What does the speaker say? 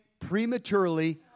prematurely